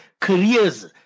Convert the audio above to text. careers